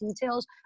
details